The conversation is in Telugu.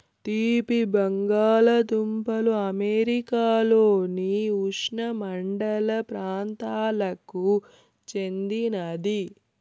తీపి బంగాలదుంపలు అమెరికాలోని ఉష్ణమండల ప్రాంతాలకు చెందినది